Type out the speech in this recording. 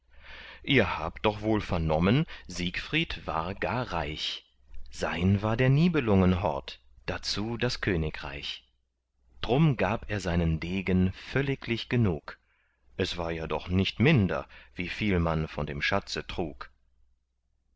ihr habt doch wohl vernommen siegfried war gar reich sein war der nibelungenhort dazu das königreich drum gab er seinen degen völliglich genug es war ja doch nicht minder wie viel man von dem schatze trug